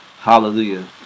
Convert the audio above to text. Hallelujah